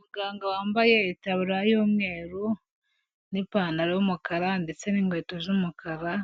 Umuganga wambaye itaburiya y'umweru n'ipantaro y'umukara ndetse n'inkweto z'umukara,